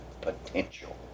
potential